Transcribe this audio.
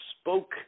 spoke